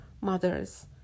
mothers